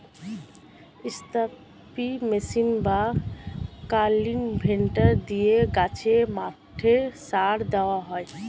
spray machine বা cultivator দিয়ে গাছে, মাঠে সার দেওয়া হয়